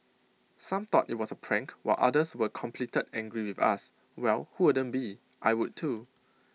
some thought IT was A prank while others were completed angry with us well who wouldn't be I would too